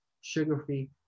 sugar-free